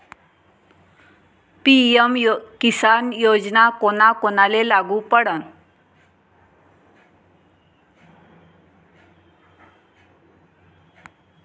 PM किसान योजना कोना कोनाले लागू पडन?